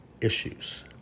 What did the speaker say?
issues